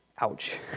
Ouch